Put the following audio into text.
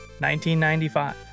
1995